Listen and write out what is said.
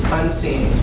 unseen